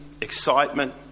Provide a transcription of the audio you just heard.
Excitement